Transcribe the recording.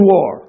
War